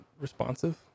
responsive